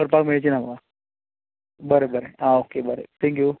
करपाक मेळची ना म्हाका बरें बरें आं ओके बरें थँक यू